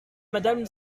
madame